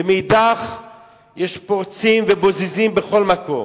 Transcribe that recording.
ומאידך יש פורצים ובוזזים בכל מקום.